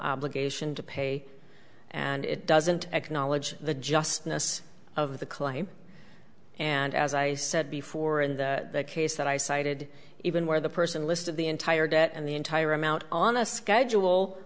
obligation to pay and it doesn't acknowledge the justice of the claim and as i said before in the case that i cited even where the person listed the entire debt and the entire amount on a schedule